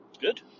Good